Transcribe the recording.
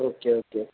okay okay